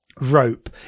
rope